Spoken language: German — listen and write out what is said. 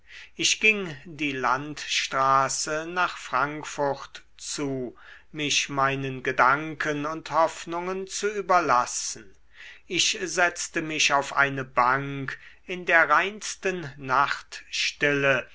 ich ging die landstraße nach frankfurt zu mich meinen gedanken und hoffnungen zu überlassen ich setzte mich auf eine bank in der reinsten